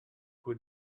who